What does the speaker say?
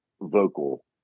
vocal